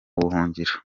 buhungiro